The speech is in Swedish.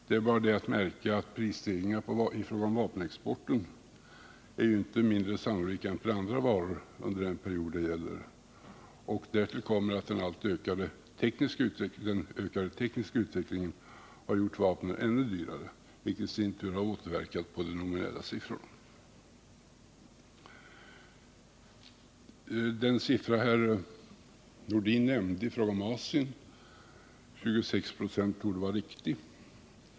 Det är bara att märka att prisstegringarna på vapen inte är mindre än på andra varor under den period det gäller. Därtill kommer att den ökade tekniska utvecklingen gjort vapnen ännu dyrare, vilket i sin tur har återverkat på de nominella siffrorna. Den siffra herr Nordin nämnde i fråga om Asien, 26 ”v, torde vara riktig.